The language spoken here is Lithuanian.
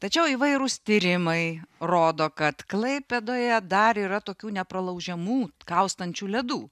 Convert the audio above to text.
tačiau įvairūs tyrimai rodo kad klaipėdoje dar yra tokių nepralaužiamų kaustančių ledų